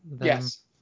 yes